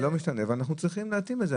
העולם משתנה ואנחנו צריכים להתאים את זה.